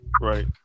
Right